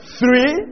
three